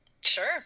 Sure